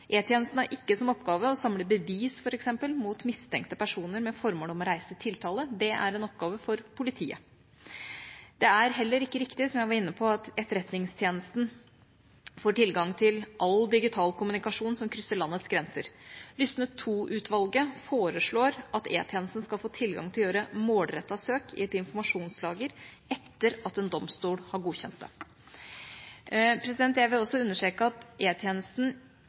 har f.eks. ikke som oppgave å samle bevis mot mistenkte personer med formål om å reise tiltale. Det er en oppgave for politiet. Det er heller ikke riktig, som jeg var inne på, at Etterretningstjenesten får tilgang til all digital kommunikasjon som krysser landets grenser. Lysne II-utvalget foreslår at E-tjenesten skal få tilgang til å gjøre målrettede søk i et informasjonslager etter at en domstol har godkjent det. Jeg vil også understreke at